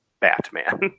batman